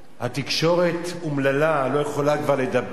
התקשורת אומללה, לא יכולה כבר לדבר.